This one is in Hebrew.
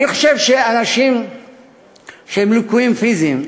אני חושב שאנשים שהם לקויים פיזית,